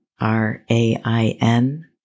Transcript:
R-A-I-N